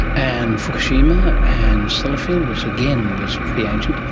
and fukushima, and sellafield, which again was pretty ancient?